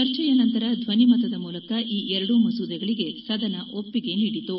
ಚರ್ಚೆಯ ನಂತರ ಧ್ಲನಿಮತದ ಮೂಲಕ ಈ ಎರಡೂ ಮಸೂದೆಗಳಿಗೆ ಸದನ ಒಪ್ಪಿಗೆ ನೀಡಿತು